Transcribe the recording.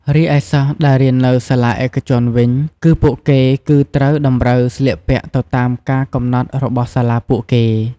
រីឯសិស្សដែលរៀននៅសាលាឯកជនវិញ គឺពួកគេគឺត្រូវតម្រូវស្លៀកពាក់ទៅតាមការកំណត់របស់សាលាពួកគេ។